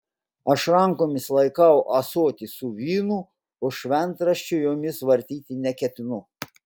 aš rankomis laikau ąsotį su vynu o šventraščio jomis vartyti neketinu